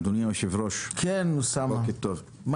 אדוני היושב ראש, בוקר טוב.